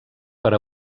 per